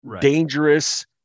dangerous